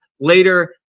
later